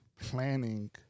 planning